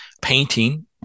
painting